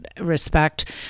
respect